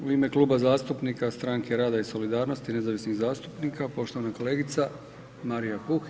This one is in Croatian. U ime Kluba zastupnika Stranke rada i solidarnosti nezavisni zastupnika poštovana kolegica Marija Puh.